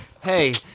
hey